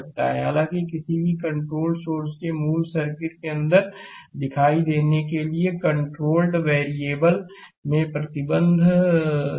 हालाँकि किसी भी कंट्रोल्ड सोर्स के मूल सर्किट के अंदर दिखाई देने के लिए कंट्रोल्ड वेरिएबल में प्रतिबंध है